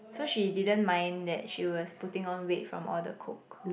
so she didn't mind that she was putting on weight from all the Coke